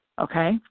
Okay